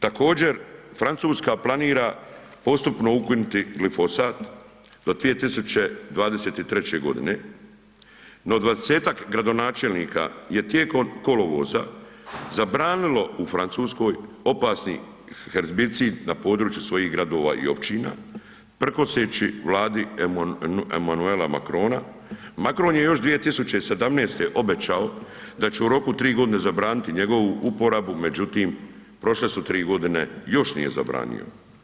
Također, Francuska planira postupno ukinuti glifosat do 2023. g., no 20-tak gradonačelnika je tijekom kolovoza zabranilo u Francuskoj opasni herbicid na području svojih gradova i općina prkoseći Vladi Emanuela Macrona, Macron je još 2017. obećao da će u roku od 3.g. zabraniti njegovu uporabu, međutim, prošle su 3.g. još nije zabranio.